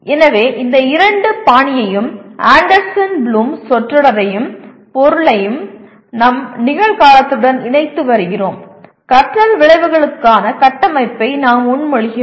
எனவே இந்த இரண்டு மேகர் பாணியையும் ஆண்டர்சன் ப்ளூமின் சொற்றொடரையும் பொருளையும் நம் நிகழ்காலத்துடன் இணைத்து வருகிறோம் கற்றல் விளைவுகளுக்கான கட்டமைப்பை நாம் முன்மொழிகிறோம்